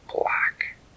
black